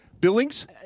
Billings